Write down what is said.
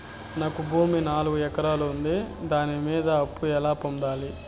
నాకు భూమి నాలుగు ఎకరాలు ఉంది దాని మీద అప్పు ఎలా పొందాలి?